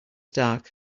dark